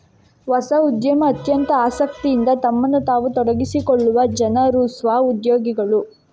ಹೊಸ ಉದ್ಯಮದಲ್ಲಿ ಅತ್ಯಂತ ಆಸಕ್ತಿಯಿಂದ ತಮ್ಮನ್ನು ತಾವು ತೊಡಗಿಸಿಕೊಳ್ಳುವ ಜನರು ಸ್ವ ಉದ್ಯೋಗಿಗಳು